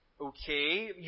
Okay